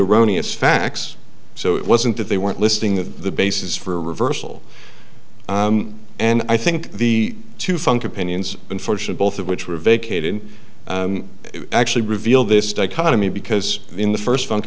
erroneous facts so it wasn't that they weren't listening that the basis for reversal and i think the two funk opinions unfortunate both of which were vacated actually reveal this dichotomy because in the first fun